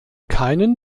keinen